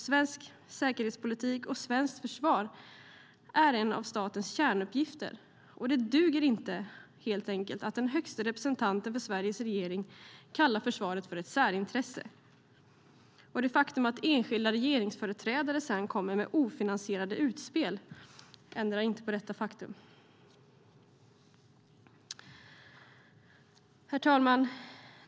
Svensk säkerhetspolitik och svenskt försvar är en av statens kärnuppgifter, och det duger helt enkelt inte att den högste representanten för Sveriges regering kallar försvaret för ett särintresse. Det faktum att enskilda regeringsföreträdare sedan kommer med ofinansierade utspel ändrar inte på detta faktum. Herr talman!